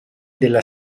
della